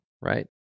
right